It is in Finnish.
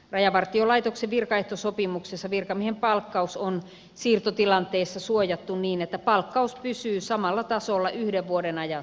rajavartiolaitoksen virkaehtosopimuksessa virkamiehen palkkaus on siirtotilanteessa suojattu niin että palkkaus pysyy samalla tasolla yhden vuoden ajan siirrosta